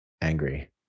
angry